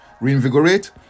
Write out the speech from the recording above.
reinvigorate